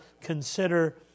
consider